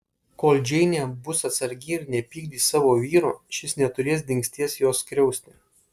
kol džeinė bus atsargi ir nepykdys savo vyro šis neturės dingsties jos skriausti